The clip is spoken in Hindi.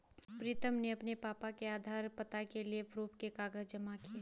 प्रीतम ने अपने पापा का आधार, पता के लिए प्रूफ के कागज जमा किए